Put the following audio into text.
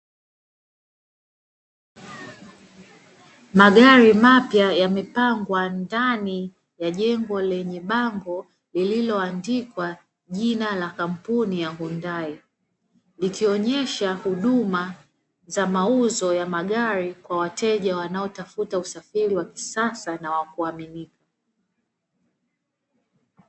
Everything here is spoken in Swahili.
Magari mapya yamepangwa ndani ya jengo lenye bambo lililoandikwa jina la kampuni ya "Hundai", ikionyesha huduma za mauzo ya magari kwa wateja wanaotafuta usafiri wa kisasa na wa kuaminika.